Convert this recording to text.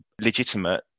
legitimate